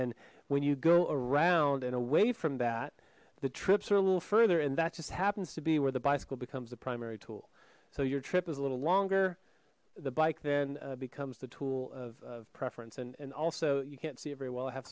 then when you go around and away from that the trips are a little further and that just happens to be where the bicycle becomes the primary tool so your trip is a little longer the bike then becomes the tool of preference and and also you can't see it very well i have